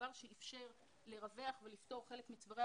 דבר שאפשר לרווח ולפתור חלק מצווארי